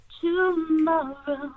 tomorrow